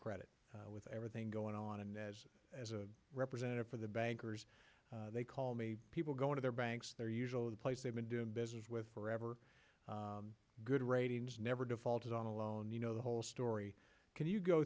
credit with everything going on and as a representative for the bankers they call me people go to their banks they're usually the place they've been doing business with forever good ratings never defaulted on a loan you know the whole story can you go